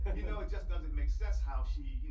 you know? it just doesn't make sense how she, you know,